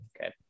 Okay